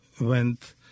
went